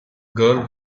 girl